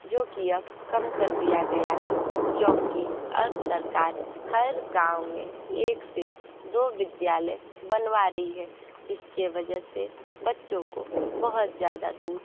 जो कि अब कम कर दिया गया है क्योंकि अब सरकार हर गाँव में एक से दो विद्यालय बनवा रही है जिसके वजह से बच्चों को बहुत ज़्यादा दूर